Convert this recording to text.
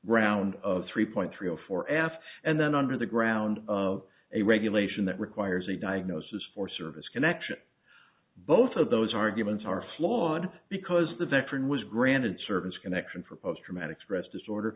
round of three point three zero for aft and then under the ground of a regulation that requires a diagnosis for service connection both of those arguments are flawed because the veteran was granted service connection for post traumatic stress disorder